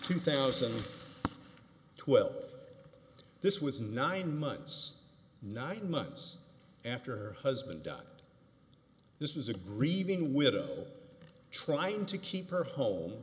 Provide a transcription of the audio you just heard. two thousand and twelve this was nine months nine months after her husband died this was a grieving widow trying to keep her home